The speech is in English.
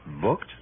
booked